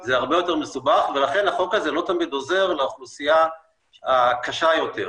זה הרבה יותר מסובך ולכן החוק הזה לא תמיד עוזר לאוכלוסייה הקשה יותר.